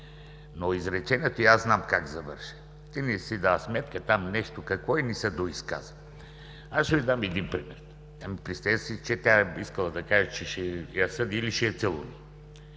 Изречението ѝ аз знам как завърши: „Ти не си даваш сметка...“ не знам още какво и не се доизказа. Аз ще Ви дам един пример: представете си, че тя е искала да каже, че ще я съди или ще я целуне.